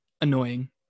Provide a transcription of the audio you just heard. annoying